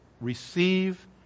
receive